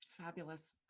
Fabulous